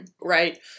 Right